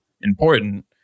important